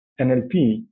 NLP